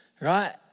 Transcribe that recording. Right